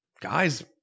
guys